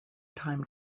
time